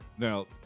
Now